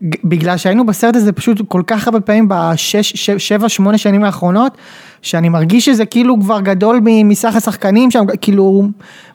בגלל שהיינו בסרט הזה פשוט כל כך הרבה פעמים בשש, שבע, שמונה שנים האחרונות, שאני מרגיש שזה כאילו כבר גדול מסך השחקנים שם, כאילו...